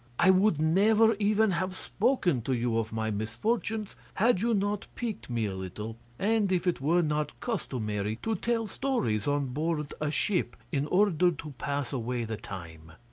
i would never even have spoken to you of my misfortunes, had you not piqued me a little, and if it were not customary to tell stories on board a ship in order to pass away the time.